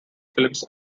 films